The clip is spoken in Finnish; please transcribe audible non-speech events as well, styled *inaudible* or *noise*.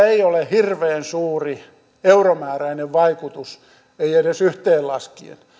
*unintelligible* ei ole hirveän suurta euromääräistä vaikutusta ei edes yhteenlaskien